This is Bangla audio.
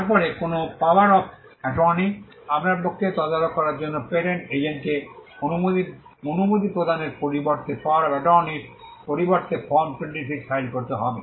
তারপরে কোনও পাওয়ার অফ অ্যাটর্নি আপনার পক্ষে তদারক করার জন্য পেটেন্ট এজেন্টকে অনুমতি প্রদানের পরিবর্তে পাওয়ার অফ অ্যাটর্নিটির পরিবর্তে ফর্ম 26 ফাইল করতে হবে